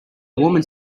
woman